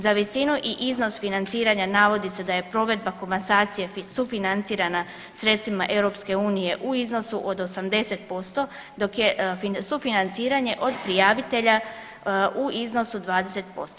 Za visinu i iznos financiranja navodi se da je provedba komasacije sufinancirana sredstvima EU u iznosu od 80% dok je sufinanciranje od prijavitelja u iznosu od 20%